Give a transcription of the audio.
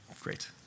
Great